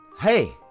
Hey